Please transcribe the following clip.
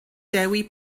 dewi